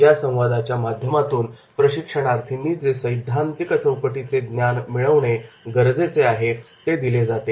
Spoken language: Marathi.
या संवादाच्या माध्यमातून प्रशिक्षणार्थींनी जे सैद्धांतिक चौकटीचे ज्ञान मिळवणे गरजेचे आहे ते दिले जाते